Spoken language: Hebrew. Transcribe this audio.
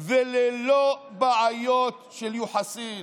וללא בעיות של יוחסין.